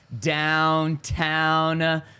downtown